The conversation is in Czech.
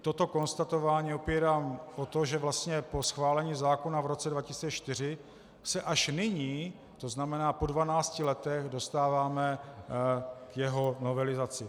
Toto konstatování opírám o to, že vlastně po schválení zákona v roce 2004 se až nyní, to znamená po dvanácti letech, dostáváme k jeho novelizaci.